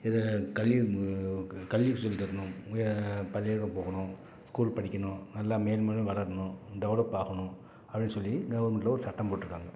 இது கல்வி மு கல்வி சொல்லித்தரணும் பள்ளிக்கூடம் போகணும் ஸ்கூல் படிக்கணும் நல்லா மேலும்மேலும் வளரணும் டெவெலப்பாகணும் அப்படின்னு சொல்லி கவர்மெண்ட்டில் ஒரு சட்டம் போட்டிருக்காங்க